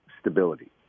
stability